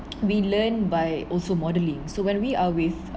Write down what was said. we learn by also modelling so when we are with